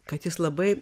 kad jis labai